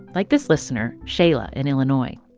like this listener, shayla, in illinois?